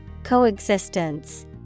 Coexistence